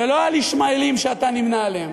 ולא על ישמעאלים שאתה נמנה עמם.